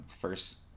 first